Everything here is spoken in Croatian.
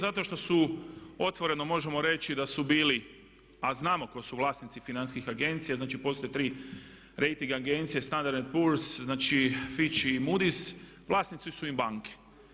Zato što su otvoreno možemo reći da su bili, a znamo tko su vlasnici financijskih agencija, znači postoje tri rejting agencije (Standard&Poor's, Fitch i Moody's)i vlasnici su im banke.